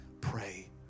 pray